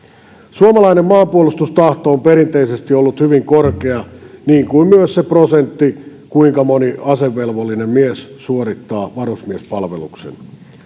suomalainen maanpuolustustahto on perinteisesti ollut hyvin korkea niin kuin myös se prosentti kuinka moni asevelvollinen mies suorittaa varusmiespalveluksen